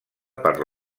per